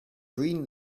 green